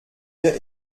wir